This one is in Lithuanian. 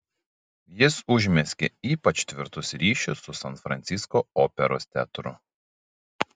jis užmezgė ypač tvirtus ryšius su san francisko operos teatru